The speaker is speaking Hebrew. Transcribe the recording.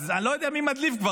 אז אני לא יודע מי מדליף כבר.